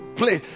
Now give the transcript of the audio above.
play